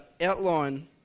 outline